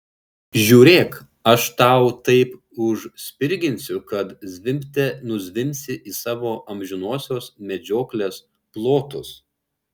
žiūrėk aš tau taip užspirginsiu kad zvimbte nuzvimbsi į savo amžinosios medžioklės plotus